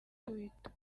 twitter